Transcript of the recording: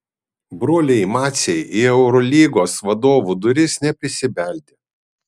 broliai maciai į eurolygos vadovų duris neprisibeldė